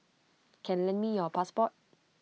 can lend me your passport